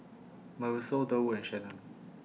Marisol Durwood and Shannen